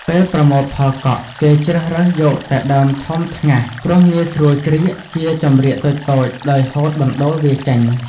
ពេលប្រមូលផលកក់ គេជ្រើសរើសយកតែដើមធំថ្ងាស ព្រោះងាយស្រួលច្រៀក ជាចំរៀកតូចៗ ដោយហូតបណ្តូលវាចេញ ។